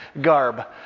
garb